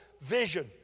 vision